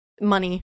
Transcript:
money